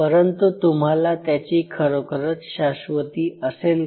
परंतु तुम्हाला त्याची खरोखरच शाश्वती असेल का